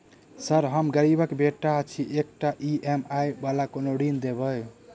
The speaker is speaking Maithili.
सर हम गरीबक बेटा छी एकटा ई.एम.आई वला कोनो ऋण देबै?